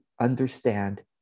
understand